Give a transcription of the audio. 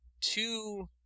two